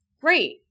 Great